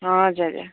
हजुर